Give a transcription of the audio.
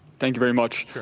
thank you very much.